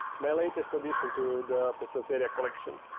my latest addition to the poecilotheria collection.